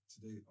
today